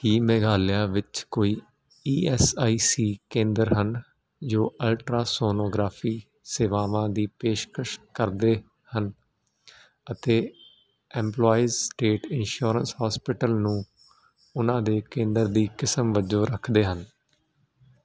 ਕੀ ਮੇਘਾਲਿਆ ਵਿੱਚ ਕੋਈ E S I C ਕੇਂਦਰ ਹਨ ਜੋ ਅਲਟਰਾਸੋਨੋਗ੍ਰਾਫੀ ਸੇਵਾਵਾਂ ਦੀ ਪੇਸ਼ਕਸ਼ ਕਰਦੇ ਹਨ ਅਤੇ ਐਂਪਲੋਇਸ ਸਟੇਟ ਇੰਸ਼ੋਰੈਂਸ ਹੋਸਪਿਟਲ ਨੂੰ ਉਹਨਾਂ ਦੇ ਕੇਂਦਰ ਦੀ ਕਿਸਮ ਵਜੋਂ ਰੱਖਦੇ ਹਨ